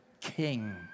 king